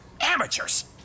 Amateurs